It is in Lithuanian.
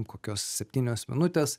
kokios septynios minutės